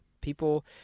People